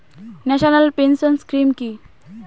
National pension scheme কি?